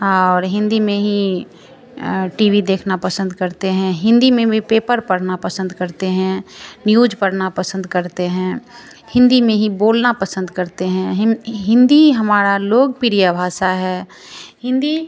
अ और हिन्दी में ही टी वी देखना पसंद करते हैं हिन्दी में भी पेपर पढ़ना पसंद करते हैं न्यूज पढ़ना पसन्द करते हैं हिन्दी में ही बोलना पसंद करते हैं हिन्दी ही हमारा लोकप्रिय भाषा है हिन्दी